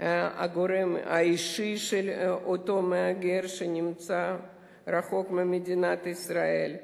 הוא הגורם האישי של אותו מהגר שנמצא רחוק ממדינת ישראל.